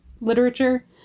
literature